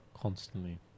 Constantly